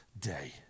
day